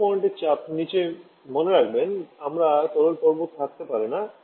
triple point চাপ নীচে মনে রাখবেন আমরা তরল ধর্ম থাকতে পারে না